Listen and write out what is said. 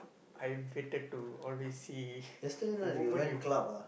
I'm fated to always see women with